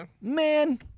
Man